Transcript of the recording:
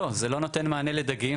אני לא בטוחה שאנחנו הקמנו את הדמות הזאת.